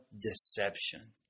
deception